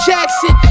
Jackson